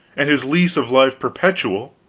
and his lease of life perpetual.